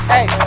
Hey